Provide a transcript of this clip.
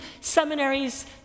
seminaries